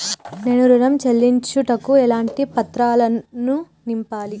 నేను ఋణం చెల్లించుటకు ఎలాంటి పత్రాలను నింపాలి?